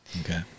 Okay